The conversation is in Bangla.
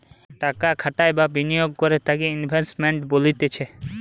টাকা খাটাই বা বিনিয়োগ করে তাকে ইনভেস্টমেন্ট বলতিছে